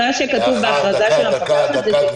מה שכתוב בהכרזה של המפקחת,